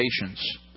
patience